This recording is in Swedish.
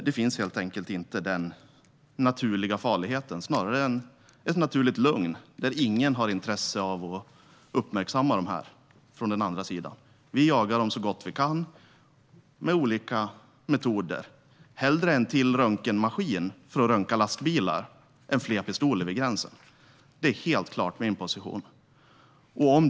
Denna naturliga farlighet finns helt enkelt inte. Snarare finns ett naturligt lugn där ingen på den andra sidan har något intresse av att uppmärksamma något. Vi jagar dem så gott vi kan med olika metoder. Vi borde hellre ha ännu en röntgenmaskin för att röntga lastbilar än fler pistoler vid gränsen. Det är min position, helt klart.